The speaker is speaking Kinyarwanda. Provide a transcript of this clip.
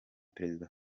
perezida